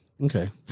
Okay